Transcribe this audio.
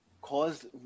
caused